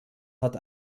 hat